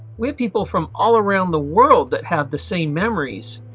we have people from all around the world that have the same memories.